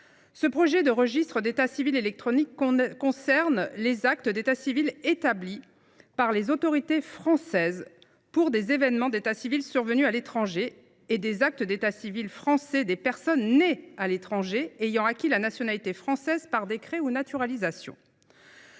Ce projet de registre électronique concerne les actes d’état civil établis par les autorités françaises pour des événements d’état civil survenus à l’étranger et les actes d’état civil français des personnes nées à l’étranger ayant acquis la nationalité française par décret ou naturalisation.